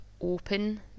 open